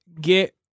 get